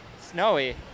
Snowy